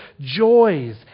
joys